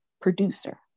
producer